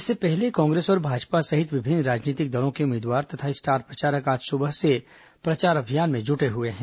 इसके पहले कांग्रेस और भाजपा सहित सभी राजनीतिक दलों के उम्मीदवार तथा स्टार प्रचारक आज सुबह से प्रचार अभियान में जुटे हुए हैं